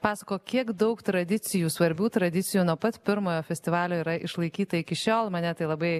pasakojo kiek daug tradicijų svarbių tradicijų nuo pat pirmojo festivalio yra išlaikyta iki šiol mane tai labai